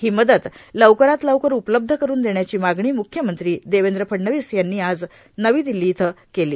ही मदत लवकरात लवकर उपलब्ध करून देण्याची मागणी म्ख्यमंत्री देवेंद्र फडणवीस यांनी आज नवी दिल्ली इथं केली